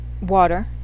water